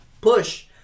push